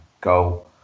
go